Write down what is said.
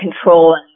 control